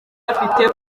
bafite